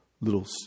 Little